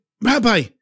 Rabbi